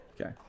Okay